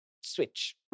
switch